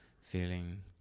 feeling